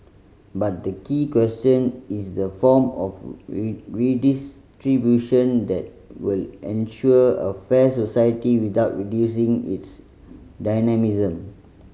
but the key question is the form of redistribution that will ensure a fair society without reducing its dynamism